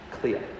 clear